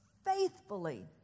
faithfully